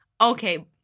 Okay